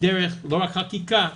דרך לא רק חקיקה,